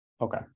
Okay